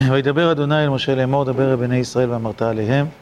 וידבר אדוני אל משה לאמור דבר אל בני ישראל ואמרת אליהם